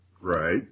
Right